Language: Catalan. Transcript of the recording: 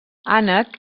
ànec